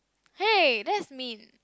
hey that's mean